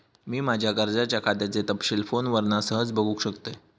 मी माज्या कर्जाच्या खात्याचे तपशील फोनवरना सहज बगुक शकतय